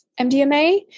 MDMA